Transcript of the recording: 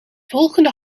volgende